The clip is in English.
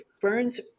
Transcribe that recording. burns